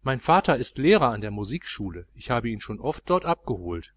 mein vater ist lehrer an der musikschule ich habe ihn schon oft dort abgeholt